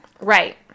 Right